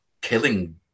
killing